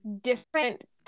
different